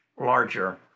larger